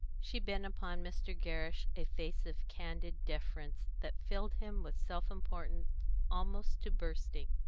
she bent upon mr. gerrish a face of candid deference that filled him with self-importance almost to bursting.